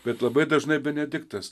bet labai dažnai benediktas